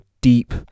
deep